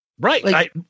Right